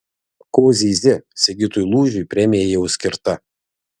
ko zyzi sigitui lūžiui premija jau skirta